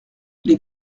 les